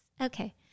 Okay